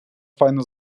файно